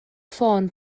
ffôn